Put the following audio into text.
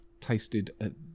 tasted